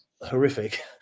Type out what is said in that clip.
horrific